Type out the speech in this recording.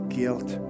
guilt